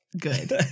good